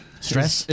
Stress